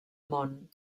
món